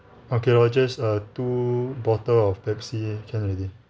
okay lor just err two bottles of pepsi can already